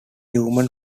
human